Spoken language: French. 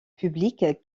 public